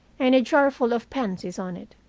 and a jarful of pansies on it.